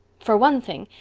for one thing,